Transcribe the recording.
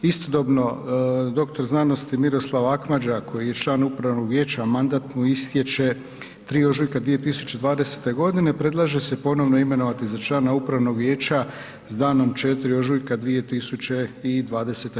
Istodobno doktor znanosti Miroslava Akmadža koji je član upravnog vijeća, a mandat mu istječe 3. ožujka 2020. godine predlaže se ponovno imenovati za člana upravnog vijeća s danom 4. ožujka 2020.